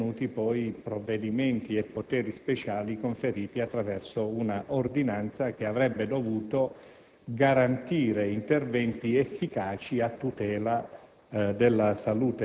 sono intervenuti poi provvedimenti e poteri speciali conferiti attraverso un'ordinanza che avrebbe dovuto garantire interventi efficaci a tutela